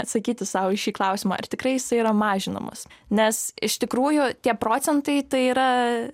atsakyti sau į šį klausimą ar tikrai jisai yra mažinamas nes iš tikrųjų tie procentai tai yra